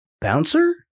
bouncer